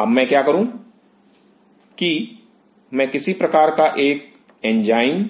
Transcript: अब मैं क्या करूँ कि मैं किसी प्रकार का एक एंजाइम